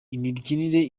imibyinire